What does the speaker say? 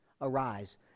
arise